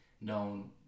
known